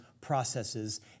processes